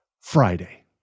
Friday